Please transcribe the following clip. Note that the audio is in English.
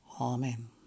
Amen